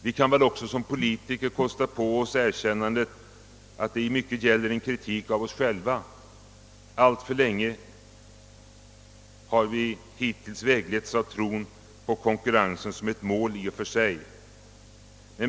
Vi kan väl också som politiker kosta på oss erkännandet att det i mycket gäller en kritik av oss själva. Alltför länge har vi hittills vägletts av tron på konkurrensen som ett mål i och för sig.